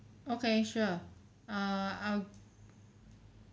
okay sure err I'll